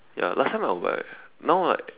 ya last time I will buy now like